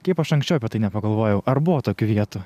kaip aš anksčiau apie tai nepagalvojau ar buvo tokių vietų